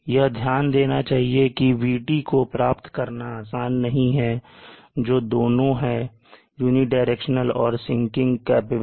यह ध्यान देना चाहिए कि VT को प्राप्त करना आसान नहीं है जो दोनों है यूनिडायरेक्शनल और sinking कैपेबल